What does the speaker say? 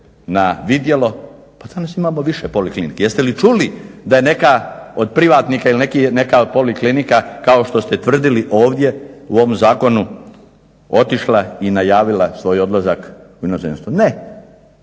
na vidjelo. Pa danas imamo više poliklinika. Jeste li čuli da je neka od privatnika ili neka poliklinika kao što ste tvrdili ovdje u ovom zakonu otišla i najavila svoj odlazak u inozemstvo? Ne.